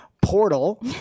Portal